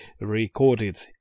recorded